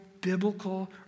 biblical